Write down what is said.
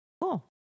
Cool